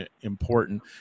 important